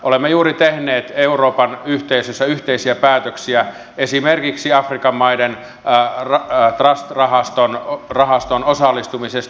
olemme juuri tehneet euroopan yhteisössä yhteisiä päätöksiä esimerkiksi afrikan maiden trust rahastoon osallistumisesta